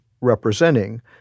representing